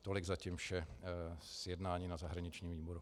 Tolik zatím vše z jednání na zahraničním výboru.